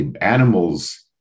animals